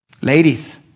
Ladies